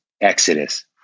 exodus